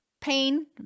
pain